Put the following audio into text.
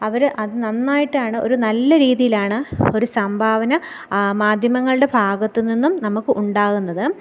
അവർ അത് നന്നായിട്ടാണ് ഒരു നല്ല രീതിയിലാണ് ഒരു സംഭാവന മാധ്യമങ്ങളുടെ ഫാഗത്തുനിന്നും നമുക്ക് ഉണ്ടാകുന്നത്